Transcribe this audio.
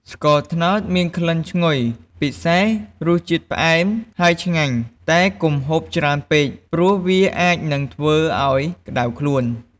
ស្ករត្នោត មានក្លិនឈ្ងុយពិសេស រសជាតិផ្អែមហើយឆ្ងាញ់តែកុំហូបច្រើនពេក ព្រោះវាអាចនឹងធ្វើឱ្យក្ដៅខ្លួន។